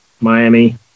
Miami